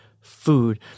food